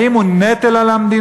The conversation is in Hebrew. האם הוא נטל על המדינה?